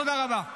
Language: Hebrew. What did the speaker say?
תודה רבה.